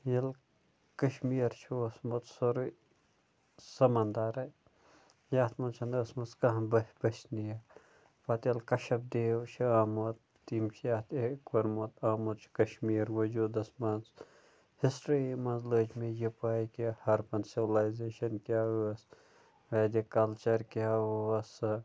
ییٚلہٕ کَشمیٖر چھُ اوسمُت سورُے سَمنٛدرَے یَتھ منٛز چھَنہٕ ٲسمٕژ کانٛہہ بٔسنی یہِ پَتہٕ ییٚلہِ کَشب دیو چھُ آمُت تٔمۍ چھِ اَتھ یہِ کوٚرمُت آمُت چھُ کَشمیٖر وجوٗدَس منٛز ہِسٹرٛی منٛز لٔج مےٚ یہِ پَے کہِ ہَرپَن سِولایزیشَن کیٛاہ ٲس ویدِک کَلچَر کیٛاہ اوس سۅ